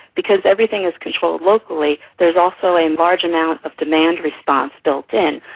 because everything is controlled locally there is also a large amount of demand response built-in,